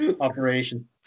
operation